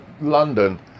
London